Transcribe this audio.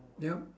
yup